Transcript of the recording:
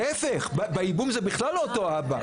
אבל להיפך, בייבום זה בכלל לא אותו אבא.